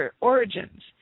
origins